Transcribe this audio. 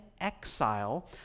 exile